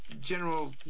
general